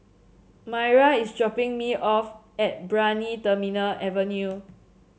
Maira is dropping me off at Brani Terminal Avenue